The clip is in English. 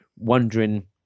wondering